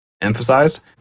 emphasized